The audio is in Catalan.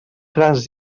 grans